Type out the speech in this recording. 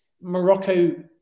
Morocco